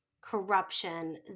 corruption